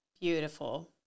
Beautiful